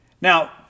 Now